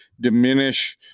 diminish